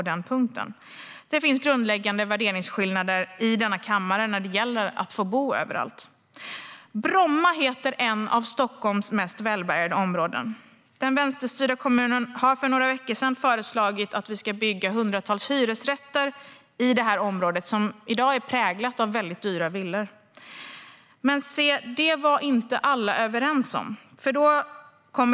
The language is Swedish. Det finns grundläggande värderingsskillnader i denna kammare när det gäller om människor ska få bo överallt. Bromma heter ett av Stockholms mest välbärgade områden. Den vänsterstyrda kommunen har för några veckor sedan föreslagit att man ska bygga hundratals hyresrätter i området, som i dag är präglat av dyra villor. Men se, det var inte alla överens om.